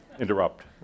interrupt